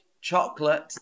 chocolate